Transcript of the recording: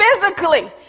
Physically